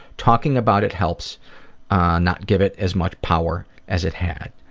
talking about it helps not give it as much power as it had.